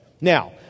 Now